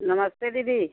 नमस्ते दीदी